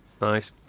Nice